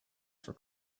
for